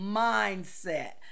mindset